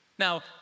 Now